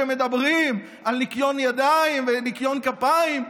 אתם שמדברים על ניקיון ידיים וניקיון כפיים,